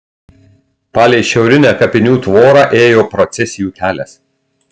palei šiaurinę kapinių tvorą ėjo procesijų kelias